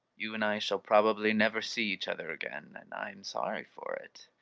you and i shall probably never see each other again, and i am sorry for it.